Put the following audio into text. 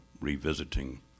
revisiting